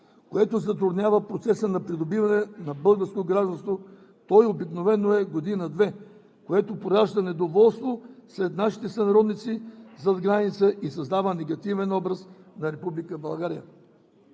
което затруднява процеса на придобиване на българско гражданство, той обикновено е година-две, което поражда недоволство сред нашите сънародници зад граница и създава негативен образ на Република България.